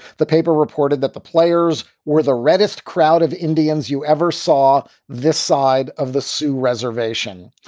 the paper reported that the players were the reddest crowd of indians. you ever saw this side of the sioux reservation?